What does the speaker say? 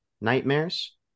nightmares